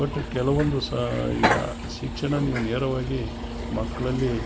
but ಕೆಲವೊಂದು ಸಾರಿ ಈಗ ಶಿಕ್ಷಣ ನೀವು ನೇರವಾಗಿ ಮಕ್ಕಳಲ್ಲಿ